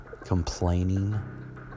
complaining